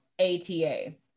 A-T-A